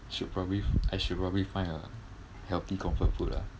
should probably I should probably find a healthy comfort food lah